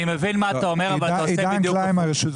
אני מבין מה אתה אומר, אבל אתה עושה בדיוק הפוך.